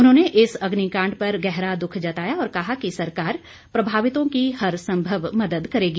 उन्होंने इस अग्निकांड पर गहरा दुख जताया और कहा कि सरकार प्रभावितों की हर संभव मदद करेगी